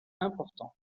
important